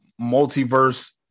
multiverse